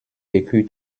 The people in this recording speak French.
vécu